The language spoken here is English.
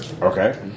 Okay